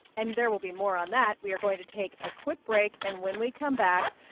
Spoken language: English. and there will be more on that. we are going to take a quick break, and when we come back,